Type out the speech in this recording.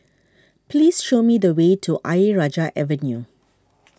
please show me the way to Ayer Rajah Avenue